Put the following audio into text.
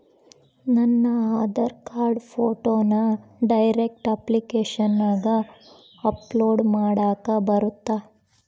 ನನ್ನ ಆಧಾರ್ ಕಾರ್ಡ್ ಫೋಟೋನ ಡೈರೆಕ್ಟ್ ಅಪ್ಲಿಕೇಶನಗ ಅಪ್ಲೋಡ್ ಮಾಡಾಕ ಬರುತ್ತಾ?